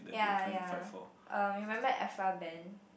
ya ya uh remember Aphra-Behn